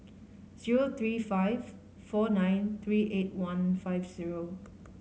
zero three five four nine three eight one five zero